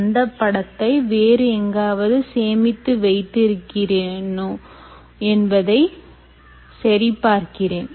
அந்த படத்தை வேறு எங்காவது சேமித்து வைத்து இருக்கிறேனா என்பதை சரி பார்க்கிறேன்